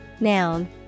noun